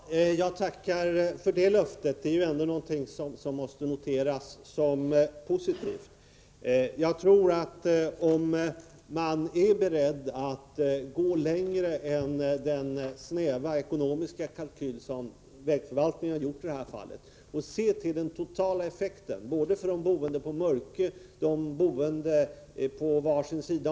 Herr talman! Jag tackar för detta löfte, som ändå är någonting som måste noteras som positivt. Det är bra om man är beredd att gå längre än till den snäva ekonomiska kalkyl som vägförvaltningen har gjort i detta fall och se till den totala effekten för dem som bor på Mörkö och på båda sidor därom.